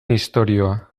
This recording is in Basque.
istorioa